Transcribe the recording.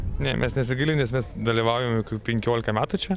ne mes nesigailim nes mes dalyvaujam jau kokį penkiolika metų čia